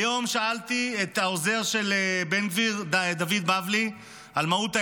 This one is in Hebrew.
היום שאלתי את העוזר של בן גביר דוד בבלי על מהות העניין,